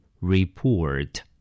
Report